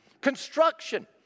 Construction